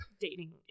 Dating